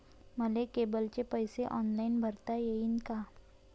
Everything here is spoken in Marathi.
मले केबलचे पैसे ऑनलाईन भरता येईन का?